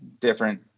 different